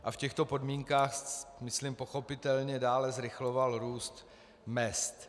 V těchto podmínkách, myslím pochopitelně, dále zrychloval růst mezd.